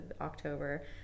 October